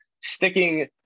Sticking